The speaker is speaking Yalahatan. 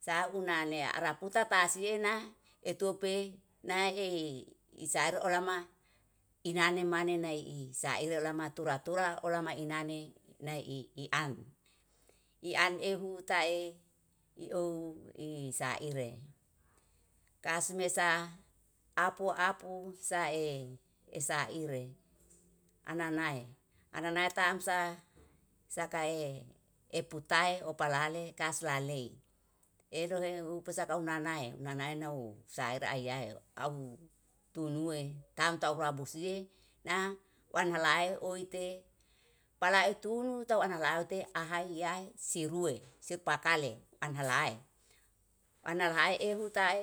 sauna nea raputa tasiena etupe naei isar olama inane maneh nai saire olama tura-tura olama inane nai i i an. I an ehu tae ieu, isaire kasmesa apo-apo sae esaire ana nae tamsa sakae eputae opalale kaslale eruehu pusaka unanae, unanae u saire ayai auw tunue tamta uhrabu sie na wanha lae oite pala etunu tau ana laute ahayai sirue sipakale anha lae, ana lahe eru tae.